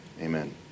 Amen